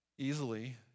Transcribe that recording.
Easily